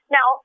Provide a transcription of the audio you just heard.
Now